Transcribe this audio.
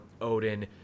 Odin